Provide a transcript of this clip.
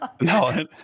No